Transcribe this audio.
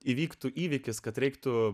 įvyktų įvykis kad reiktų